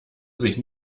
sich